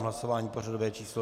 Hlasování pořadové číslo 93.